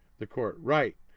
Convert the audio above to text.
the court right.